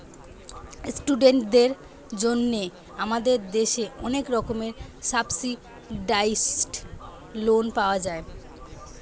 ইস্টুডেন্টদের জন্যে আমাদের দেশে অনেক রকমের সাবসিডাইসড লোন পাওয়া যায়